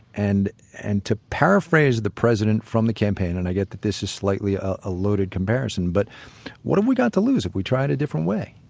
and and to paraphrase the president from the campaign, and i get that this is slightly a loaded comparison, but what have we got to lose if we tried a different way?